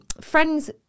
friends